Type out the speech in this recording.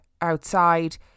outside